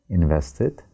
invested